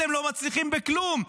אתם לא מצליחים בכלום.